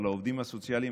אבל העובדים הסוציאליים,